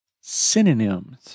synonyms